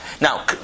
Now